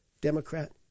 Democrat